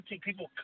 people